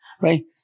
right